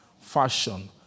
fashion